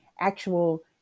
actual